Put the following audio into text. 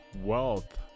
wealth